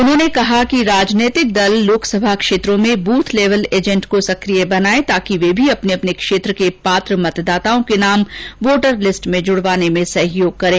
उन्होंने कहा कि राजनीतिक दल लोकसभा क्षेत्रों में बूथ लेवल एजेंट को सक्रिय बनाएं ताकि वे भी अपने अपने क्षेत्र के पात्र मतदाताओं के नाम वोटर लिस्ट में जुड़वाने में सहयोग करे